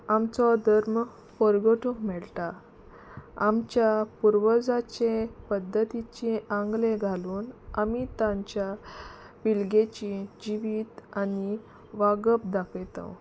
आमचो धर्म परगटूंक मेळटा आमच्या पुर्वजांचे पद्दतीचें आंगलें घालून आमी तांच्या पिळगेची जिवीत आनी वागप दाखयतांव